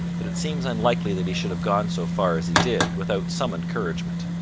but it seems unlikely that he should have gone so far as he did without some encouragement.